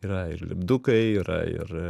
yra ir lipdukai yra ir